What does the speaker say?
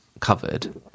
Covered